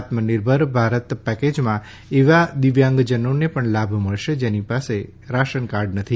આત્મનિર્ભર ભારત પકે માં એવા દિવ્યાંગ નોન પણ લાભ મળશ જેની પાસ રાશનકાર્ડ નથી